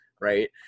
Right